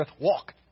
walk